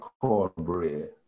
cornbread